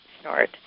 start